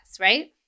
right